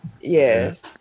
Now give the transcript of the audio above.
Yes